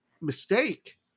mistake